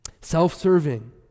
Self-serving